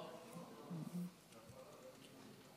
אדוני